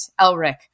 Elric